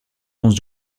dense